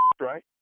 right